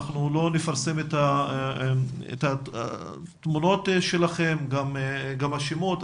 אנחנו לא נפרסם את התמונות שלכם ולא את השמות.